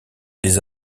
des